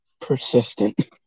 persistent